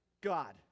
God